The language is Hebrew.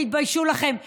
תתביישו לכם ותתבייש,